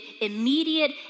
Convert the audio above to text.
immediate